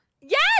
Yes